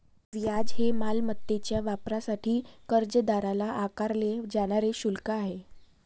व्याज हे मालमत्तेच्या वापरासाठी कर्जदाराला आकारले जाणारे शुल्क आहे